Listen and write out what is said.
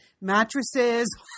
mattresses